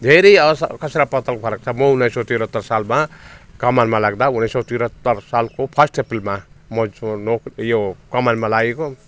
धेरै अस आकाश र पातालको फरक छ म उन्नाइस सय त्रिहत्तर सालमा कमानमा लाग्दा उन्नाइस सय त्रिहत्तर सालको फर्स्ट अप्रिलमा म चाहिँ नोक् यो कमानमा लागेको